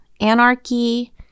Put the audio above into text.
anarchy